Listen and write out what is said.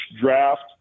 draft